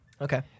Okay